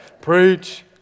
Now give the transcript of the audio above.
preach